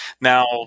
Now